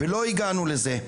הבעיה שלא הגענו לזה.